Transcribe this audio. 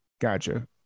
gotcha